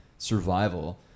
survival